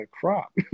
crop